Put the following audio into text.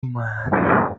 umani